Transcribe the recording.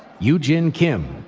yoojin kim.